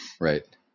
right